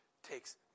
takes